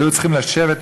והיו צריכים לשבת,